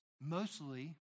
mostly